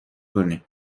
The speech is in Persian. کنی